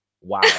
Wow